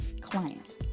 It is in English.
client